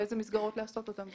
באיזה מסגרות לעשות אותן.